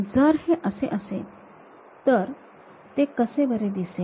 जर हे असे असेल तर तर ते कसे बरे दिसेल